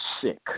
sick